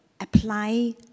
apply